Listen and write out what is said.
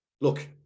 look